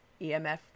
EMF